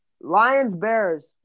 Lions-Bears